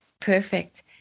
Perfect